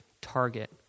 target